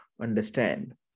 understand